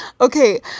okay